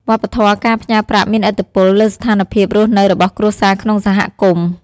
វប្បធម៌ការផ្ញើប្រាក់មានឥទ្ធិពលលើស្ថានភាពរស់នៅរបស់គ្រួសារក្នុងសហគមន៍។